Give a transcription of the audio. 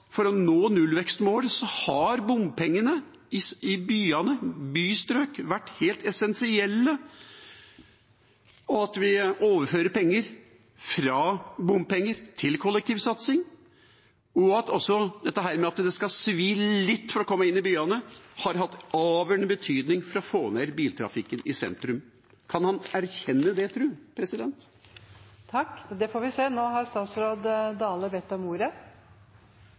for å nå nullvekstmålet har bompengene i byene, i bystrøk, vært helt essensielle? At vi overfører penger fra bompenger til kollektivsatsingen, og at det at det skal svi litt å komme inn i byene, har hatt avgjørende betydning for å få ned biltrafikken i sentrum: Kan han erkjenne det,